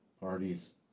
parties